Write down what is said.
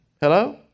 Hello